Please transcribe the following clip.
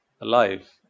alive